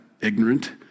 ignorant